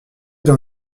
dans